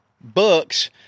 books